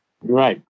Right